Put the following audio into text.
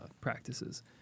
practices